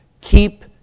keep